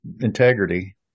integrity